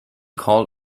called